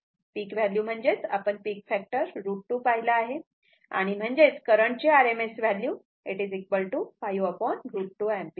ही peak value म्हणजेच आपण peak factor √2 पाहिला आहेम्हणजेच करंट ची RMS व्हॅल्यू 5 √2 एंपियर असेल